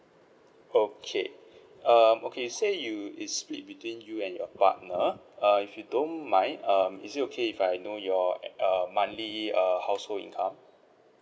okay um okay you say you is split between you and your partner err if you don't mind um is it okay if I know your err monthly err household income